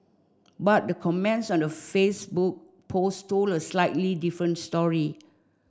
but the comments on the Facebook post told a slightly different story